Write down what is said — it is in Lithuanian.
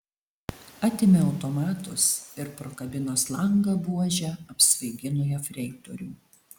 atėmė automatus ir pro kabinos langą buože apsvaigino jefreitorių